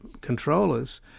controllers